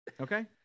Okay